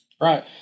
Right